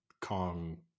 Kong